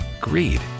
greed